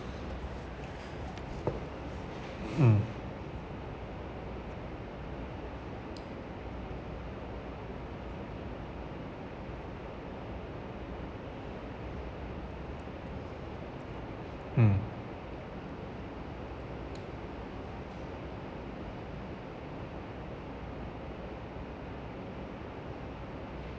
mm mm